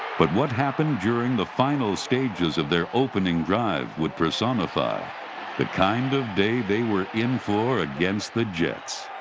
but what happened during the final stages of their opening drive would personify the kind of day they were in for against the jets.